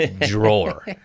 drawer